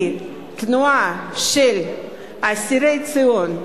כי התנועה של אסירי ציון,